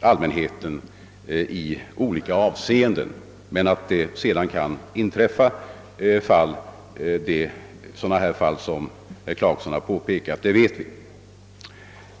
allmänheten i olika avseenden. Vi vet emellertid att sådana fall som dem herr Clarkson pekat på kan inträffa.